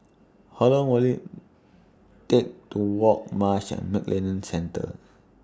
How Long Will IT Take to Walk Marsh and McLennan Centre